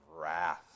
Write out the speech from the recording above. wrath